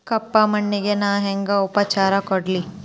ಕಪ್ಪ ಮಣ್ಣಿಗ ನಾ ಹೆಂಗ್ ಉಪಚಾರ ಕೊಡ್ಲಿ?